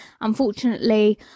Unfortunately